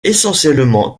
essentiellement